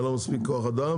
אין לו מספיק כוח אדם,